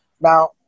now